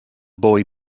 boy